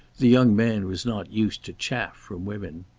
the young man was not used to chaff from women.